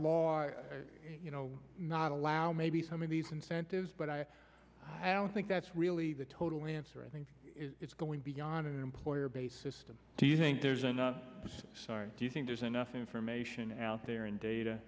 law not allow maybe some of these incentives but i don't think that's really the total answer i think it's going beyond employer based system do you think there's enough do you think there's enough information out there in data